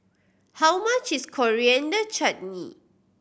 how much is Coriander Chutney